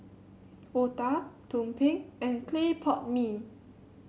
otah tumpeng and Clay Pot Mee